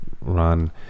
run